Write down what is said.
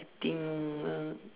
think uh